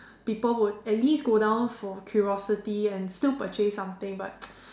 people would at least go down for curiosity and still purchase something but